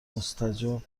مستجاب